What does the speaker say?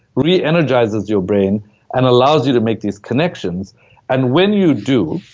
re-energizes your brain and allows you to make these connections and when you do,